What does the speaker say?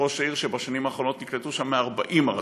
ראש העיר שבשנים האחרונות נקלטו שם מ-40 ארצות: